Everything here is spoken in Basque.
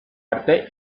arte